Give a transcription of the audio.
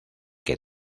que